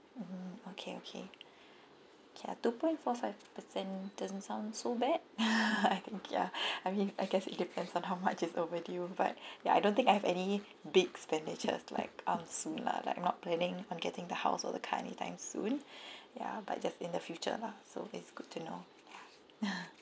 mm okay okay okay ah two point four five percent doesn't sound so bad ya I mean I can see different on how much is overdue but ya I don't think I have any big expenditures like um soon lah like not planning on getting the house or the car anytime soon ya but just in the future lah so it's good to know ya